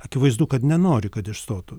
akivaizdu kad nenori kad išstotų